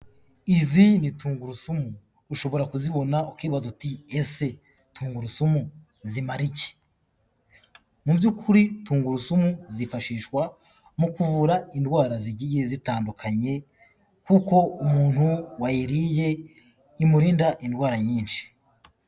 Izi ni tungurusumu. Ushobora kuzibona ukibaza uti "Ese tungurusumu zimara iki?" Mu by'ukuri tungurusumu zifashishwa mu kuvura indwara zigiye zitandukanye kuko umuntu wayiriye imurinda indwara nyinshi.